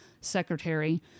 secretary